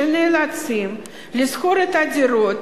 שנאלצות לשכור את הדירות